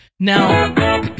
Now